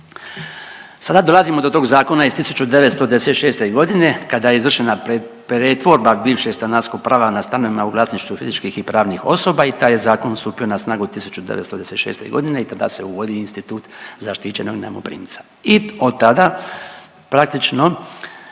Sada dolazimo do tog zakona iz 1996. godine kada je izvršena pretvorba bivšeg stanarskog prava na stanovima u vlasništvu fizičkih i pravnih osoba i taj je zakon stupio na snagu 1996. godine i tada se uvodi institut zaštićenog najmoprimca. I od tada praktično